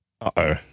Uh-oh